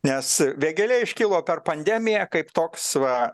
nes vėgėlė iškilo per pandemiją kaip toks va